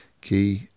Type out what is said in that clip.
key